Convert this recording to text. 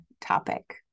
topic